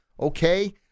okay